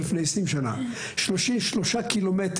לפני אולי 20 שנה: שניים ושלושה קילומטר.